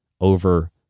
over